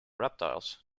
reptiles